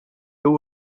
two